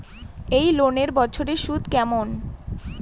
এই লোনের বছরে সুদ কেমন?